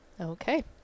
Okay